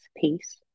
peace